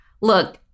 look